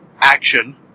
action